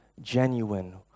genuine